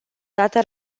dată